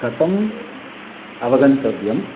कथम् अवगन्तव्यम्